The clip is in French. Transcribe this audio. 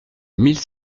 mille